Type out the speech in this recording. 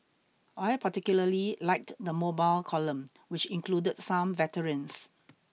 I particularly liked the mobile column which included some veterans